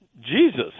Jesus